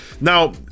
Now